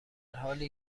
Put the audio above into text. حالی